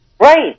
Right